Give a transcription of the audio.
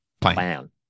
Plan